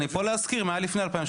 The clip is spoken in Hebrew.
אני פה להזכיר מה היה לפני 2018,